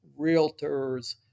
realtors